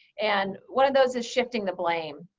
and one of those is shifting the blame.